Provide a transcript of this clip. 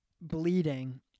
bleeding